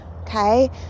Okay